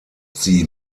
sie